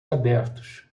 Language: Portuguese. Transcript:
abertos